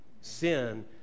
Sin